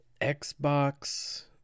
Xbox